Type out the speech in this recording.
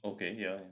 okay ya